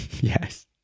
Yes